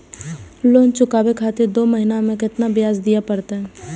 Loan चुकाबे खातिर दो महीना के केतना ब्याज दिये परतें?